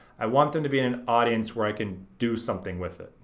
i want them to be in an audience where i can do something with it.